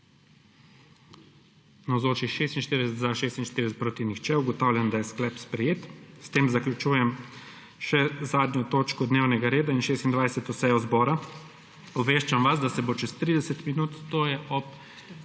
glasovalo 46.) (Proti nihče.) Ugotavljam, da je sklep sprejet. S tem zaključujem še zadnjo točko dnevnega reda in 26. sejo zbora. Obveščam vas, da se bo čez 30 minut, to je ob